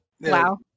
Wow